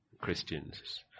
Christians